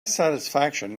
satisfaction